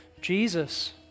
Jesus